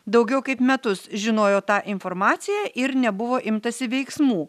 daugiau kaip metus žinojo tą informaciją ir nebuvo imtasi veiksmų